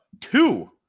two